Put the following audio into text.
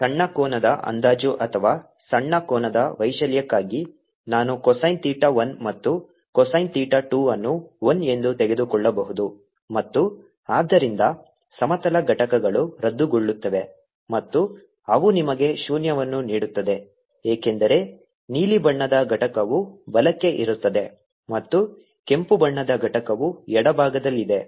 ಸಣ್ಣ ಕೋನದ ಅಂದಾಜು ಅಥವಾ ಸಣ್ಣ ಕೋನ ವೈಶಾಲ್ಯಕ್ಕಾಗಿ ನಾನು ಕೊಸೈನ್ ಥೀಟಾ 1 ಮತ್ತು ಕೊಸೈನ್ ಥೀಟಾ 2 ಅನ್ನು 1 ಎಂದು ತೆಗೆದುಕೊಳ್ಳಬಹುದು ಮತ್ತು ಆದ್ದರಿಂದ ಸಮತಲ ಘಟಕಗಳು ರದ್ದುಗೊಳ್ಳುತ್ತವೆ ಮತ್ತು ಅವು ನಿಮಗೆ ಶೂನ್ಯವನ್ನು ನೀಡುತ್ತವೆ ಏಕೆಂದರೆ ನೀಲಿ ಬಣ್ಣದ ಘಟಕವು ಬಲಕ್ಕೆ ಇರುತ್ತದೆ ಮತ್ತು ಕೆಂಪು ಬಣ್ಣದ ಘಟಕವು ಎಡಭಾಗದಲ್ಲಿದೆ